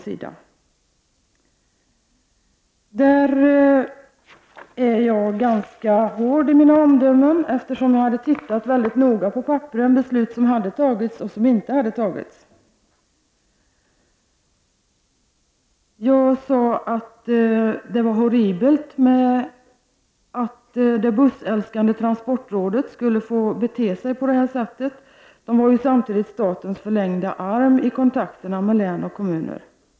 Där är jag ganska hård i mina omdömen, eftersom jag noga hade studerat de beslut som hade fattats. Jag hade också klart för mig vilka beslut som ännu inte hade fattats. Jag sade att det var horribelt att det bussälskande transportrådet skulle få bete sig på detta sätt. Man var ju statens förlängda arm i kontakterna med län och kommuner.